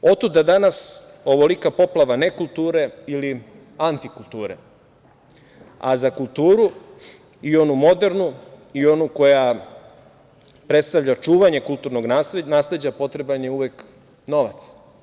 Otuda danas ovolika poplava nekulture ili antikulture, a za kulturu, i onu modernu i onu koja predstavlja čuvanje kulturnog nasleđa, potreban je uvek novac.